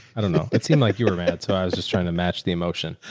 i dunno. it seemed like you were mad. so i was just trying to match the emotion.